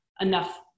enough